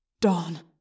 Dawn